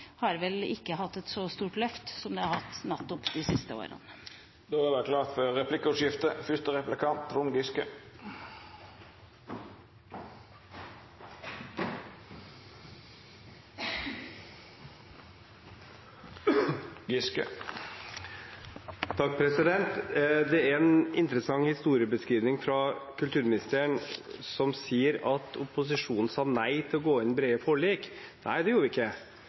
har fått nettopp de siste årene. Det vert replikkordskifte. Det er en interessant historiebeskrivelse fra kulturministeren, som sier at opposisjonen sa nei til å inngå brede forlik. Nei, det gjorde vi ikke,